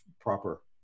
proper